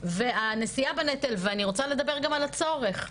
ואני רוצה לדבר גם על הצורך.